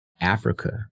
Africa